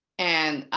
and